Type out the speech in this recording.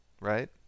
Right